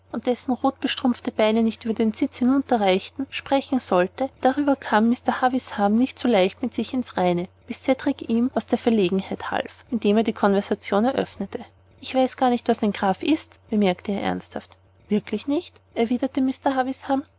dessen rotbestrumpfte beine nicht über den stuhlsitz herunterreichten sprechen sollte darüber kam mr havisham nicht so leicht mit sich ins reine bis cedrik ihm plötzlich aus der verlegenheit half indem er die konversation eröffnete ich weiß gar nicht was ein graf ist bemerkte er ernsthaft wirklich nicht erwiderte